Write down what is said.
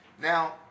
Now